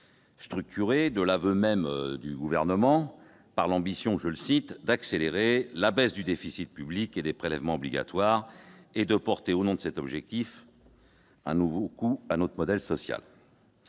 structuré, de l'aveu même du Gouvernement, autour de l'ambition « d'accélérer la baisse du déficit public et des prélèvements obligatoires »- et de porter, au nom de cet objectif, un nouveau coup à notre modèle social